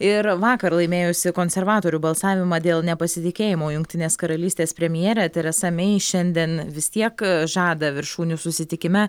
ir vakar laimėjusi konservatorių balsavimą dėl nepasitikėjimo jungtinės karalystės premjerė teresa mei šiandien vis tiek žada viršūnių susitikime